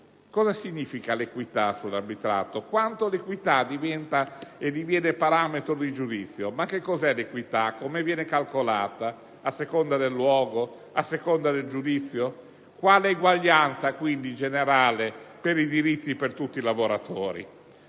cosa significa l'equità sull'arbitrato? Quando l'equità diviene parametro di giudizio? Cos'è l'equità? Come viene calcolata? A seconda del luogo? A seconda del giudizio? Quindi, quale uguaglianza di diritti per tutti i lavoratori?